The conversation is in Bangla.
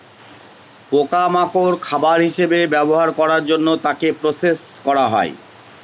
পোকা মাকড় খাবার হিসেবে ব্যবহার করার জন্য তাকে প্রসেস করা হয়